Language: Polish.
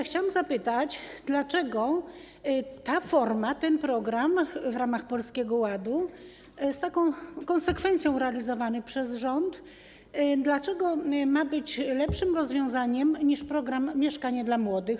Chciałam zapytać, dlaczego ta forma, ten program w ramach Polskiego Ładu z taką konsekwencją realizowany przez rząd ma być lepszym rozwiązaniem niż program „Mieszkanie dla młodych”